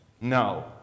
No